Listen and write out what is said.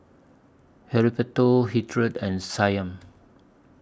Heriberto Hildred and Shyann